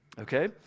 Okay